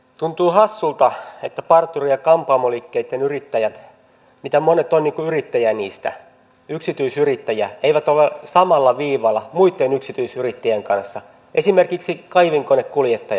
tuntuu hassulta että parturi ja kampaamoliikkeitten yrittäjät monet ovat yrittäjiä heistä yksityisyrittäjiä eivät ole samalla viivalla muitten yksityisyrittäjien kanssa esimerkiksi kaivinkonekuljettajan